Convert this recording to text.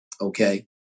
Okay